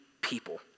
people